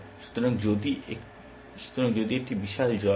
সুতরাং যদি এটি একটি বিশাল জয় হয়